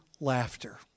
laughter